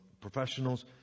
professionals